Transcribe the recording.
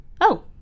Oh